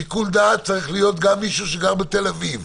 שיקול הדעת צריך להיות גם כלפי מי שגר בתל אביב.